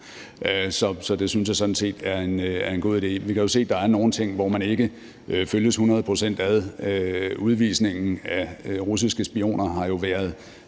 så det synes jeg sådan set er en god idé. Vi kan jo se, at der er nogle ting, hvor man ikke følges hundrede procent ad. Udvisningen af russiske spioner er jo sket